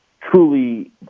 truly